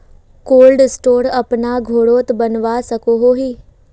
Cold store अपना घोरोत बनवा सकोहो ही?